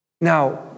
Now